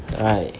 right